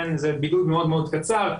זה בידוד מאוד מאוד קצר,